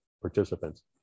participants